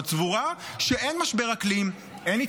זאת אומרת שהיא סבורה שאין משבר אקלים,